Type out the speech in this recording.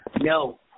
No